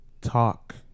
talk